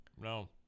No